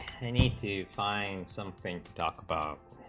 need to find something to talk about